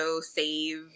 save